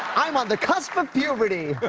i'm on the cums of of puberty.